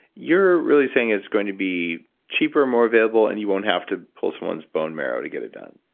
you're really saying it's going to be cheaper, more available and you won't have to pull someone's bone marrow to get it done?